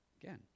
again